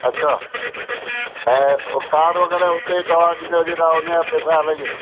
अच्छा ऐं उतारो करे उते तव्हां ॾींदा हुजो त तव्हां हुनजा पैसा अलॻि आहिनि